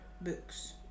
books